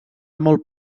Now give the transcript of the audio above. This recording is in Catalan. molt